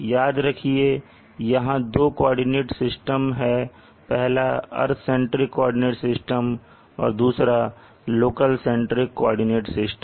याद रखिए यहां दो कोऑर्डिनेट सिस्टम है पहला अर्थ सेंट्रिक कोऑर्डिनेट सिस्टम और दूसरा लोकल सेंट्रिक कोऑर्डिनेट सिस्टम